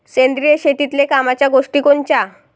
सेंद्रिय शेतीतले कामाच्या गोष्टी कोनच्या?